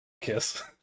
kiss